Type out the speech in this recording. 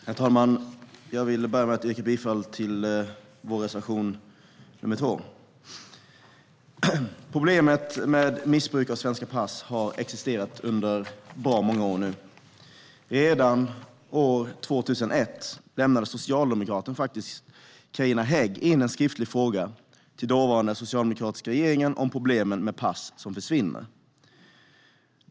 Herr talman! Jag vill börja med att yrka bifall till reservation 2. Problemet med missbruk av svenska pass har existerat under bra många år nu. Redan år 2001 lämnade socialdemokraten Carina Hägg in en skriftlig fråga till den dåvarande socialdemokratiska regeringen om problemet med pass som försvinner.